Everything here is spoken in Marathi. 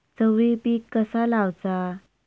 चवळी पीक कसा लावचा?